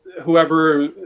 Whoever